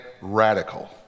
Radical